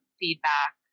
feedback